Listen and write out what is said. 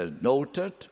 noted